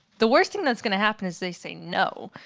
the worst thing that's going to happen is they say no.